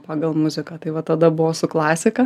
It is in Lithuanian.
pagal muziką tai vat tada buvo su klasika